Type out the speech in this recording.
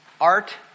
art